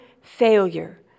failure